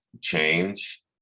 change